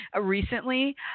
recently